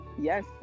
Yes